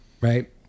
right